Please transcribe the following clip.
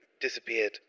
disappeared